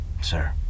sir